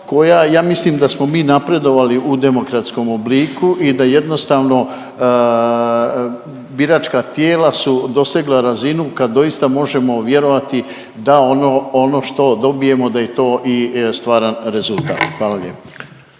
koja, ja mislim da smo mi napredovali u demokratskom obliku i da jednostavno biračka tijela su dosegla razinu kad doista možemo vjerovati da ono što dobijemo da je to i stvaran rezultat. Hvala lijepo.